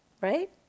Right